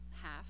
half